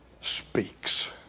speaks